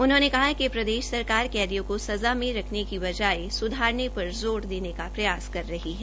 उन्होंने कहा कि प्रदेश सरकार कैदियों को सजा में रखने की बजाय सुधारने पर जोर देने का प्रयास कर रही है